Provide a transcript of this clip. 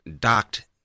docked